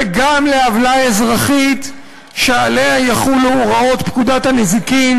וגם לעוולה אזרחית שעליה יחולו הוראות פקודת הנזיקין.